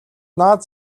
наад